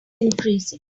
increasing